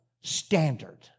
standard